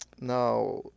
Now